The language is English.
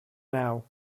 now